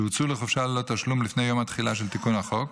שהוצאו לחופשה ללא תשלום לפני יום התחילה של תיקון החוק,